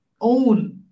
own